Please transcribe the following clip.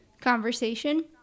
conversation